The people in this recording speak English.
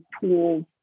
tools